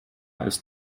ist